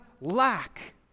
lack